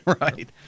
right